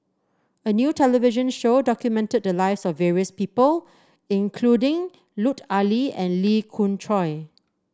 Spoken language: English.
a new television show documented the lives of various people including Lut Ali and Lee Khoon Choy